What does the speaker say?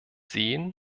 sehen